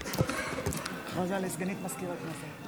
הודעה לסגנית מזכיר הכנסת.